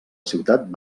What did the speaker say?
ciutat